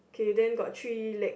okay then got three legs